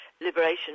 Liberation